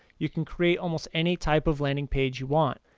you can create almost any type of landing page you want!